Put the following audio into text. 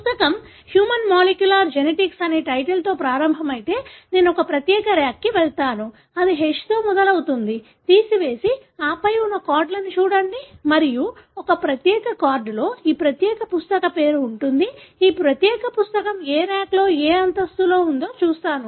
పుస్తకం human molecular genetics అనే టైటిల్తో ప్రారంభమైతే నేను ఒక ప్రత్యేక ర్యాక్కి వెళ్తాను అది H తో మొదలవుతుంది తీసివేసి ఆపై ఉన్న కార్డులను చూడండి మరియు ఒక ప్రత్యేక కార్డులో ఈ ప్రత్యేక పుస్తక పేరు ఉంటుంది ఈ ప్రత్యేక పుస్తకం ఏ రాక్లో ఏ అంతస్తులో ఉందో చూస్తాను